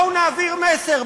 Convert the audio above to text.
בואו ונעביר מסר,